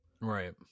Right